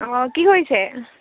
অঁ কি কৰিছে